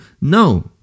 No